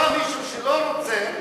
בא מישהו שלא רוצה,